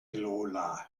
lola